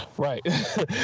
Right